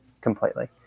completely